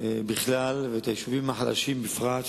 השלטון המקומי בכלל ואת היישובים החלשים בפרט,